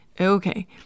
okay